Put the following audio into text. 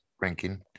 ranking